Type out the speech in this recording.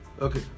okay